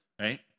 right